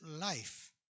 life